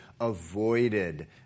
avoided